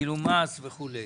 גילום מס וכו'.